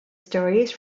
stories